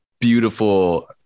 beautiful